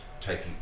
taking